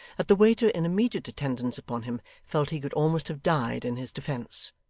that the waiter in immediate attendance upon him felt he could almost have died in his defence,